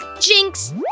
Jinx